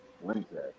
Wednesday